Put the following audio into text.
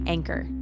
Anchor